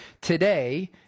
today